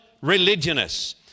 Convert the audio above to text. religionists